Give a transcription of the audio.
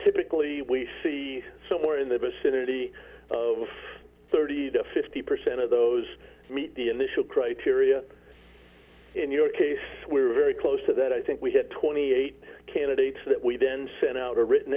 typically we see somewhere in the vicinity of thirty to fifty percent of those meet the initial criteria for in your case we were very close to that i think we had twenty eight candidates that we then sent out a written